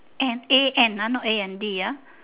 an A N ah not A N D ah